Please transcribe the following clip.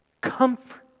comfort